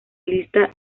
lista